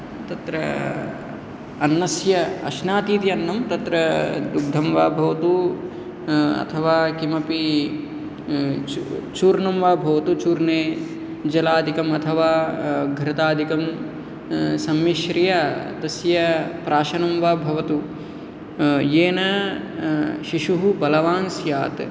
तत्र अन्नस्य अश्नाति इति अन्नं तत्र दुग्धं वा भवतु अथवा किमपि चूर्णं वा भवतु चूर्णे जलादिकं अथवा घृतादिकं सम्मिश्र्य तस्य प्राशनं वा भवतु येन शिशुः बलवान् स्यात्